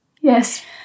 Yes